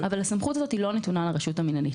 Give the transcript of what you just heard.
אבל הסמכות הזאת לא נתונה לרשות המינהלית.